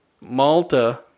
malta